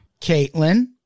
Caitlin